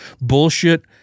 bullshit